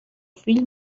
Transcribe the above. fill